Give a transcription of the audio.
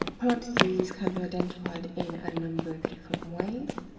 plant disease can be identified in a number of different ways.